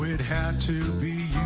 it had to be